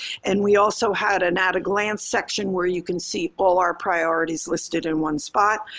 and we also had an at a glance section where you can see all our priorities listed in one spot,